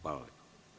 Hvala lepo.